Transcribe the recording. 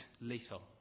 lethal